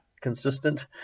consistent